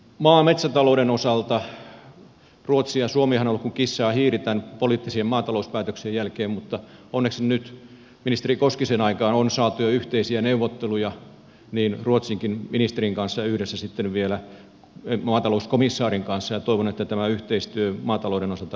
maa ja metsätalouden osalta ruotsi ja suomihan ovat olleet kuin kissa ja hiiri näiden poliittisien maatalouspäätöksien jälkeen mutta onneksi nyt ministeri koskisen aikana on saatu jo yhteisiä neuvotteluja ruotsinkin ministerin kanssa ja yhdessä sitten vielä maatalouskomissaarin kanssa ja toivon että tämä yhteistyö maatalouden osalta lämpiää